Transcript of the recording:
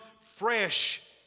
fresh